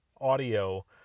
audio